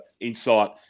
insight